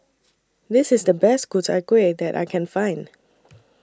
This IS The Best Ku Chai Kueh that I Can Find